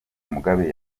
mugabe